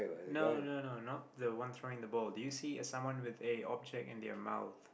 no no no not the one throwing the ball do you see it's someone with a object in their month